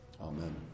Amen